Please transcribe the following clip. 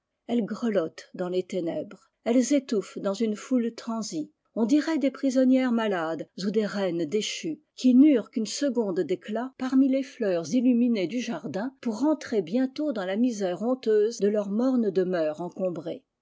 elles grelottent dans les ténèbres elles étouffent dans une foule transie on dirait des prisonnières malades ou des reines déchues qui n'eurent qu'une seconde d'éclat parmi les fleurs illuminées du jardin pour rentrer bientôt dans la misère honteuse de leur morne demeure encombrée